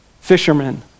fishermen